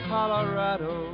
Colorado